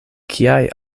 kiaj